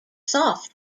soft